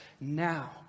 now